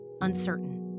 uncertain